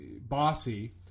bossy